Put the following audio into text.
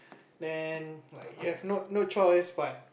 then you have no no choice but